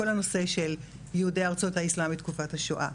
כל הנושא של יהודי ארצות האסלאם בתקופת השואה,